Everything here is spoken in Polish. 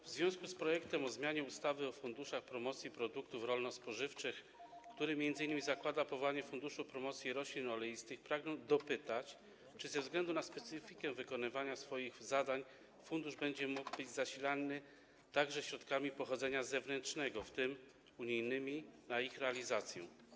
W związku z projektem ustawy o zmianie ustawy o funduszach promocji produktów rolno-spożywczych, który m.in. zakłada powołanie Funduszu Promocji Roślin Oleistych, pragnę dopytać, czy ze względu na specyfikę wykonywanych zadań fundusz będzie mógł być zasilany także środkami pochodzenia zewnętrznego, w tym unijnymi, na realizację tych zadań.